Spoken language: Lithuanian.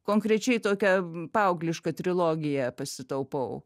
konkrečiai tokią paauglišką trilogiją pasitaupau